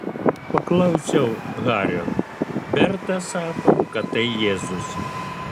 paklausiau hario berta sako kad tai jėzus